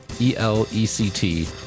E-L-E-C-T